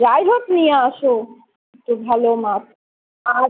যাই হোক নিয়ে আসো একটু ভালো মাছ আর